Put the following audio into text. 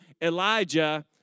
Elijah